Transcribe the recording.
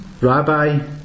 Rabbi